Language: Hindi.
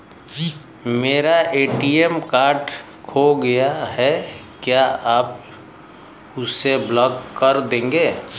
मेरा ए.टी.एम कार्ड खो गया है क्या आप उसे ब्लॉक कर देंगे?